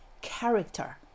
character